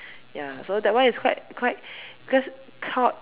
ya so that one is quite quite cause